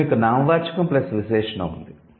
ఇప్పుడు మీకు నామవాచకం ప్లస్ విశేషణం ఉంది